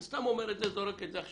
אני סתם אומר את זה, זורק את זה עכשיו.